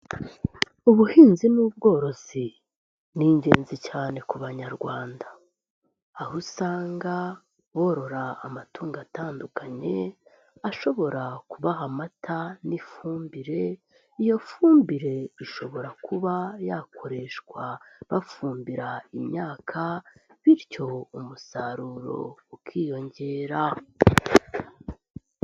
Ubuhinzi n ubworozi ni ingenzi cyane ku banyarwanda aho usanga borora amatungo atandukanye ashobora kubaha amata n'ifumbire, iyo fumbire bishobora kuba yakoreshwa bafumbira imyaka bityo umusaruro ukiyongera.